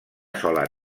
sola